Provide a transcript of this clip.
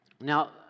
Now